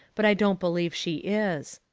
but i don't believe she is.